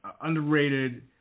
underrated –